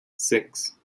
six